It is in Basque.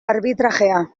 arbitrajea